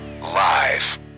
live